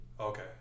Okay